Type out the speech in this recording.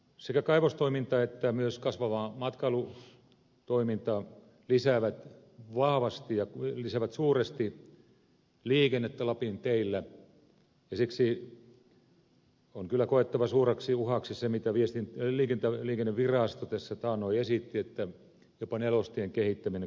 sekä kaivostoiminta että myös kasvava matkailutoiminta lisäävät suuresti liikennettä lapin teillä ja siksi on kyllä koettava suureksi uhaksi se mitä liikennevirasto tässä taannoin esitti että jopa nelostien kehittäminen katkaistaisiin rovaniemelle